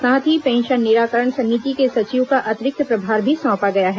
साथ ही पेंशन निराकरण समिति के सचिव का अतिरिक्त प्रभार भी सौंपा गया है